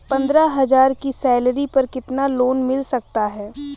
पंद्रह हज़ार की सैलरी पर कितना लोन मिल सकता है?